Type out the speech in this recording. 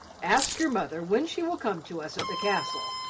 ask your mother when she will come to us at the castle.